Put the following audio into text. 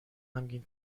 غمگین